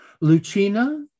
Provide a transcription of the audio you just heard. lucina